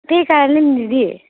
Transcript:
त्यही कारणले नि दिदी